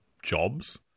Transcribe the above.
Jobs